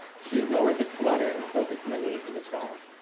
she ignored the clutter and focused on the needs of the child.